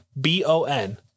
b-o-n